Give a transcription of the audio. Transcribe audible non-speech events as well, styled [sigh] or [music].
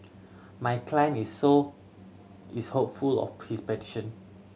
my client is so is hopeful of [unintelligible] his petition